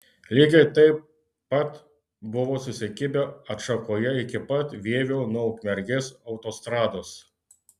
lygiai taip pat buvo susikibę atšakoje iki pat vievio nuo ukmergės autostrados